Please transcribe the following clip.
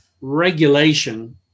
regulation